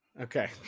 okay